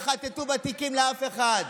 יכניסו עכשיו הרבה יותר חמץ.